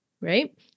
right